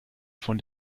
von